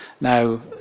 Now